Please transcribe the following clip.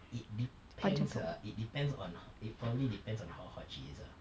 it depends ah it depends on h~ it probably depends on how hot she is ah